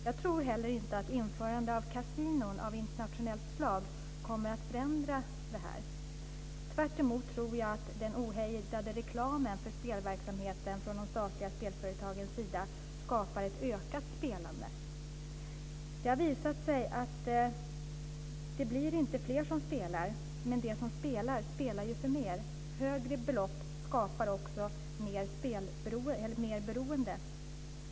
Jag tror heller inte att införandet av kasinon av internationellt slag kommer att förändra det. Tvärtemot tror jag att den ohejdade reklamen för spelverksamheten från de statliga spelföretagens sida skapar ett ökat spelande. Det har visat sig att det inte blir fler som spelar, men att de som spelar spelar för mer. Högre belopp skapar också mer beroende.